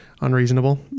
unreasonable